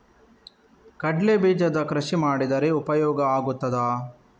ಕಡ್ಲೆ ಬೀಜದ ಕೃಷಿ ಮಾಡಿದರೆ ಉಪಯೋಗ ಆಗುತ್ತದಾ?